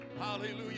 Hallelujah